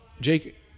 Jake